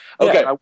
Okay